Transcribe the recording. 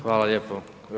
Hvala lijepo.